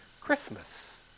Christmas